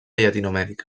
llatinoamèrica